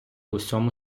усьому